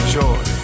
joy